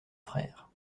frère